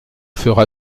fera